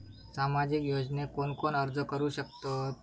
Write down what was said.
सामाजिक योजनेक कोण कोण अर्ज करू शकतत?